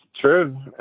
true